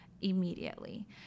immediately